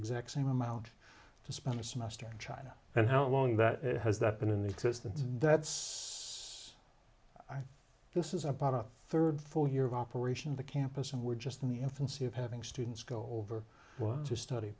exact same amount to spend a semester china and how long that it has that been in the existence and that's i think this is about a third full year of operation the campus and we're just in the infancy of having students go over to study